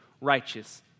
righteous